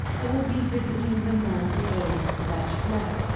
i will be visiting the man who owns that flat.